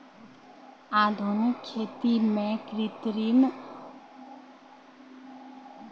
आधुनिक कृषि में संकर बीज उपज में प्रमुख हौला